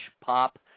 pop